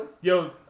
yo